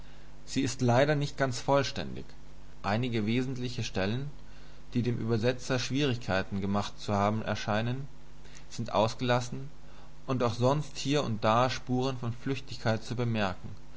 sie ist leider nicht ganz vollständig einige wesentliche stellen die dem übersetzer schwierigkeiten gemacht zu haben scheinen sind ausgelassen und auch sonst hier und da spuren von flüchtigkeit zu bemerken